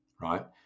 right